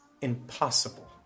impossible